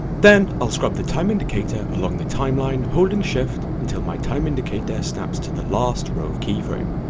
then, i'll scrub the time indicator along the timeline, holding shift, until my time indicator snaps to the last rove keyframe.